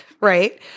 Right